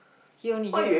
here only here only